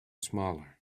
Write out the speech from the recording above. smaller